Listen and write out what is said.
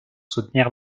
soutenir